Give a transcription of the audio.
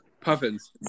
puffins